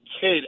kid